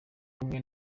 kumwe